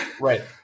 Right